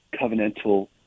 covenantal